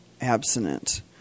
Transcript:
abstinent